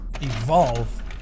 Evolve